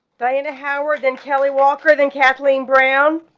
diana howard than kelly walker than kathleen brown